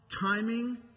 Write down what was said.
timing